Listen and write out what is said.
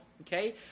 okay